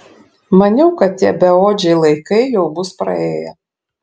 maniau kad tie beodžiai laikai jau bus praėję